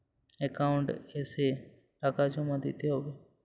Account এসে টাকা জমা দিতে হবে?